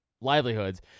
livelihoods